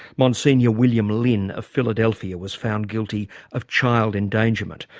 monsignor william lynn of philadelphia was found guilty of child endangerment.